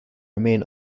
remain